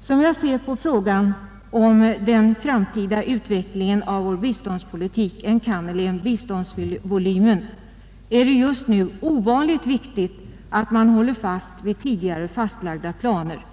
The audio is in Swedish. Som jag ser frågan om den framtida utvecklingen av vår biståndspolitik, enkannerligen biståndsvolymen, är det just nu ovanligt viktigt att man håller fast vid tidigare fastlagda planer.